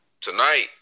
tonight